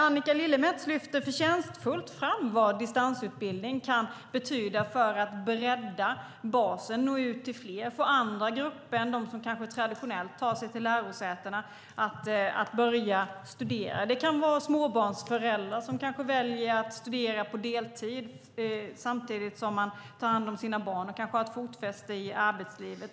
Annika Lillemets lyfter förtjänstfullt fram vad distansutbildning kan betyda för att bredda basen, nå ut till fler och få andra grupper än de som kanske traditionellt tar sig till lärosätena att börja studera. Det kan vara småbarnsföräldrar som kanske väljer att studera på deltid samtidigt som de tar hand om sina barn och kanske har ett fotfäste i arbetslivet.